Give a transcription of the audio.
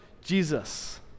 Jesus